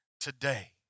today